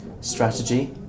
strategy